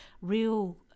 real